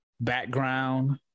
background